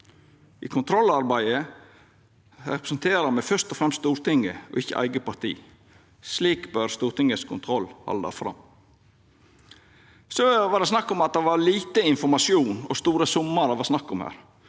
I kontrollarbeidet representerer me fyrst og fremst Stortinget og ikkje eige parti. Slik bør Stortingets kontroll halda fram. Det var snakk om at det var lite informasjon, og at det gjaldt store summar.